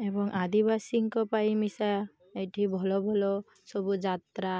ଏବଂ ଆଦିବାସୀଙ୍କ ପାଇଁ ମିଶା ଏଇଠି ଭଲ ଭଲ ସବୁ ଯାତ୍ରା